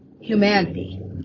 Humanity